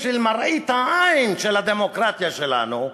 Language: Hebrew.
בשביל מראית העין של הדמוקרטיה שלנו,